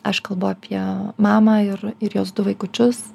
aš kalbu apie mamą ir ir jos du vaikučius